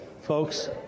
folks